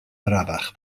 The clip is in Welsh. arafach